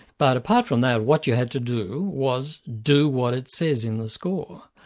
but apart from that, what you had to do was do what it says in the score.